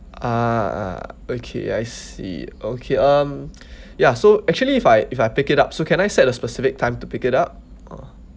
ah ah okay I see okay um ya so actually if I if I pick it up so can I set a specific time to pick it up or